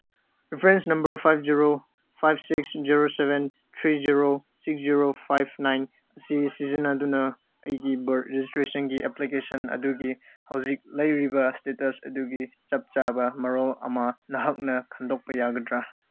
reference number five zero five six zero seven three zero six zero five nine ꯑꯁꯤ ꯁꯤꯖꯤꯟꯅꯗꯨꯅ ꯑꯩꯒꯤ ꯕꯔꯠ ꯔꯦꯖꯤꯁꯇ꯭ꯔꯦꯁꯟꯒꯤ ꯑꯦꯄ꯭ꯂꯤꯀꯦꯁꯟ ꯑꯗꯨꯒꯤ ꯍꯧꯖꯤꯛ ꯂꯩꯔꯤꯕ ꯏꯁꯇꯦꯇꯁ ꯑꯗꯨꯒꯤ ꯆꯞ ꯆꯥꯕ ꯃꯔꯣꯜ ꯑꯃ ꯅꯍꯥꯛꯅ ꯈꯟꯗꯣꯛꯄ ꯌꯥꯒꯗ꯭ꯔꯥ